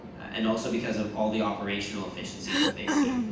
and also because of all the operational efficiencies that they see,